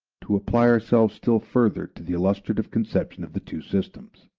to apply ourselves still further to the illustrative conception of the two systems.